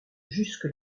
jusque